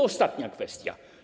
Ostatnia kwestia.